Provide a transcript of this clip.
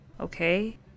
okay